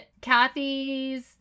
Kathy's